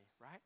right